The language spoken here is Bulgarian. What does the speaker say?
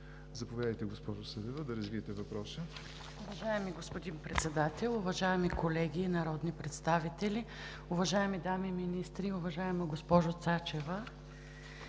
Заповядайте, госпожо Саватева, да зададете въпроса.